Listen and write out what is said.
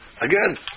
Again